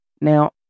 Now